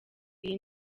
iyi